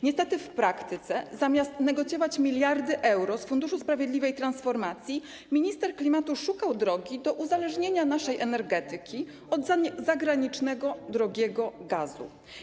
Niestety w praktyce, zamiast negocjować miliardy euro z Funduszu Sprawiedliwej Transformacji, minister klimatu szukał drogi do uzależnienia naszej energetyki od zagranicznego, drogiego gazu.